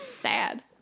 sad